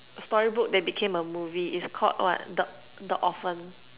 story book that became a movie it's called what the the Orphan